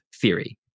theory